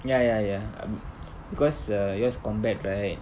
ya ya ya um because err yours combat right